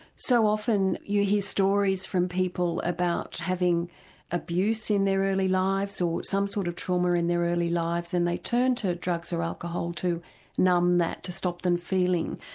so often you hear stories from people about having abuse in their early lives or some sort of trauma in their early lives and they turn to drugs or alcohol to numb that, to stop them feeling.